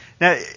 Now